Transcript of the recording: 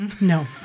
No